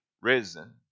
risen